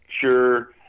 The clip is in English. sure